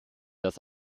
das